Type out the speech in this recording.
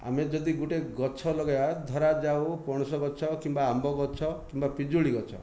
ଆମେ ଯଦି ଗୋଟେ ଗଛ ଲଗାଇବା ଧରାଯାଉ ପଣସ ଗଛ କିମ୍ବା ଆମ୍ବ ଗଛ କିମ୍ବା ପିଜୁଳି ଗଛ